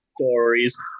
stories